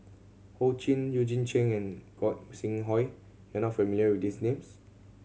Ho Ching Eugene Chen and Gog Sing Hooi you are not familiar with these names